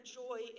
joy